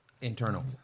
Internal